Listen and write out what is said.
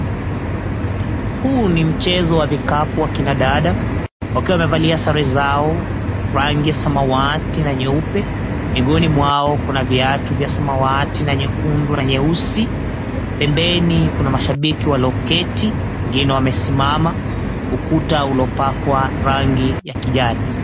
Huu ni mchezo wa vikapu wa kina dada wakiwa wamevalia sare zao rangi ya samawati na nyeupe miongoni mwao kuna viatu vya samawati na nyekundu na nyeusi, pembeni kuna mashabiki walioketi wengine wamesimama, ukuta uliopakwa rangi ya kijani.